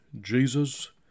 Jesus